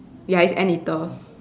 ya it's anteater